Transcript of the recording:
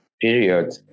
period